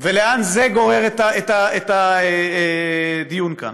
ולאן זה גורר את הדיון כאן.